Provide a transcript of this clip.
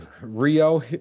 Rio